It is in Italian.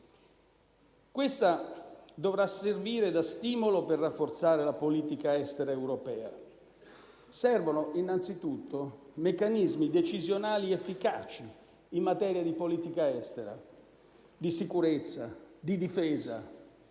questa dovrà servire da stimolo per rafforzare la politica estera europea. Servono innanzitutto meccanismi decisionali efficaci in materia di politica estera, di sicurezza, di difesa,